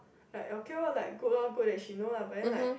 like okay lor like good lor good that she know lah but then like